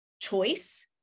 choice